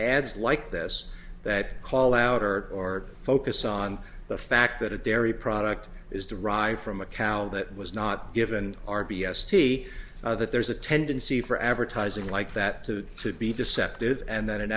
ads like this that call louder or focus on the fact that a dairy product is derived from a cow that was not given are b s t that there's a tendency for advertising like that to to be deceptive and that an